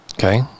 Okay